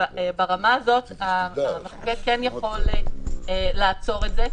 שברמה זאת המחוקק כן יכול לעצור את זה.